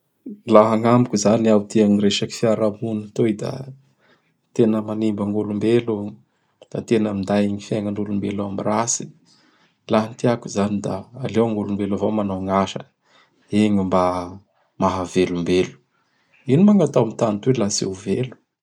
Laha agnamiko izany iaho tia gny resaky fiaraha-mony toy da tena manimba gny olombelo. Da tena minday gny fiaignan'olombelo am ratsy. Laha gny tiako izany da aleo gny olombelo avao manao gn' asa. Igny mba mahavelombelo. Ino moa gn' atao am tany toy laha tsy ho velo.